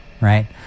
right